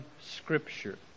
Scripture